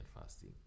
fasting